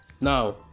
now